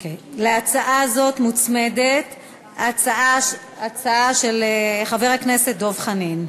להצעה זו מוצמדת הצעה של חבר הכנסת דב חנין.